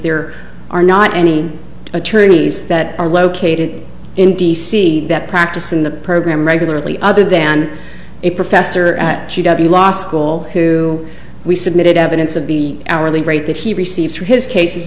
there are not any attorneys that are located in d c that practice in the program regularly other than a professor at the law school who we submitted evidence of the hourly rate that he receives for his cases